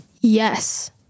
Yes